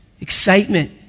excitement